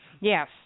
Yes